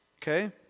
Okay